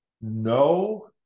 no